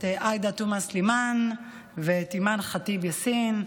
עאידה תומא סלימאן ואת אימאן ח'טיב יאסין,